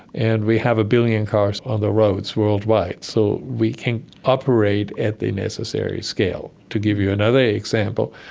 and we have a billion cars on the roads worldwide, so we can operate at the necessary scale. to give you another example,